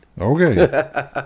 Okay